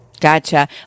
Gotcha